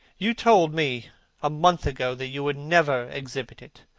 you told me a month ago that you would never exhibit it,